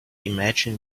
imagine